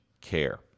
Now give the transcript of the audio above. care